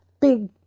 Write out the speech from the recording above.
big